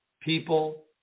people